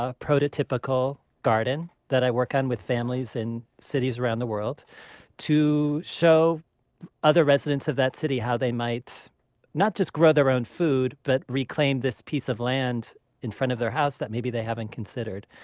ah prototypical garden that i work on with families in cities around the world to show other residents of that city how they might not just grow their own food, but reclaim this piece of land in front of their house that maybe they haven't considered.